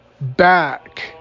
back